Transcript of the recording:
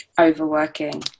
Overworking